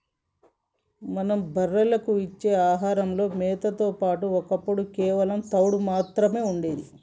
మనం బర్రెలకు ఇచ్చే ఆహారంలో మేతతో పాటుగా ఒప్పుడు కేవలం తవుడు మాత్రమే ఉండేది